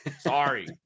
Sorry